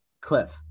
Cliff